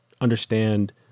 understand